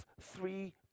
three